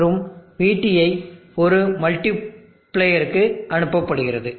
மற்றும் vT ஐ ஒரு மல்டிப்ளேயருக்கு அனுப்பப்படுகிறது